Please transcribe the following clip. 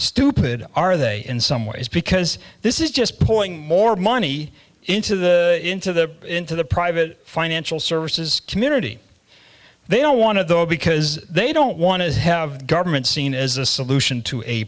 stupid are they in some ways because this is just pulling more money into the into the into the private financial services committee they don't want to though because they don't want to have government seen as a solution to a